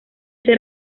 ser